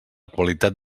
qualitat